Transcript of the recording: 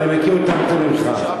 אבל אני מכיר אותם יותר ממך.